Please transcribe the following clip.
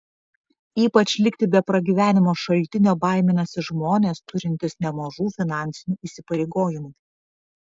ypač likti be pragyvenimo šaltinio baiminasi žmonės turintys nemažų finansinių įsipareigojimų